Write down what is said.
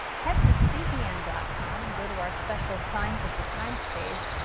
head to cbn dot com and go to our special signs of the times page.